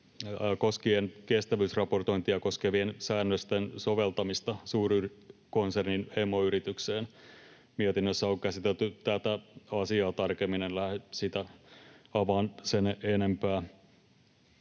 koskien kestävyysraportointia koskevien säännöksien soveltamista suurkonsernin emoyritykseen. Mietinnössä on käsitelty tätä asiaa tarkemmin. En lähde sitä avaamaan sen enempää.